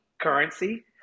currency